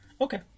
Okay